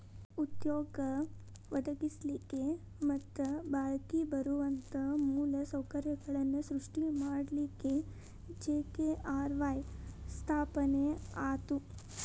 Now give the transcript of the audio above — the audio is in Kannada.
ಉದ್ಯೋಗ ಒದಗಸ್ಲಿಕ್ಕೆ ಮತ್ತ ಬಾಳ್ಕಿ ಬರುವಂತ ಮೂಲ ಸೌಕರ್ಯಗಳನ್ನ ಸೃಷ್ಟಿ ಮಾಡಲಿಕ್ಕೆ ಜಿ.ಕೆ.ಆರ್.ವಾಯ್ ಸ್ಥಾಪನೆ ಆತು